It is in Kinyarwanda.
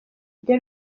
the